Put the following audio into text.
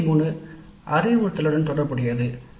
தொகுதி 3 அறிவுறுத்தலுடன் தொடர்புடையது